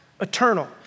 eternal